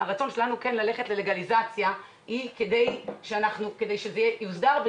ללכת ללגליזציה היא כדי שזה יוסדר,